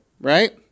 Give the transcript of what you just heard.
right